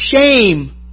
shame